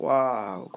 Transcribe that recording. Wow